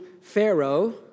Pharaoh